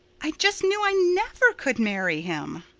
i just knew i never could marry him.